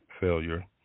failure